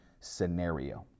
scenario